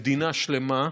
מדינה שלמה,